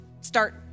start